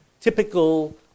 typical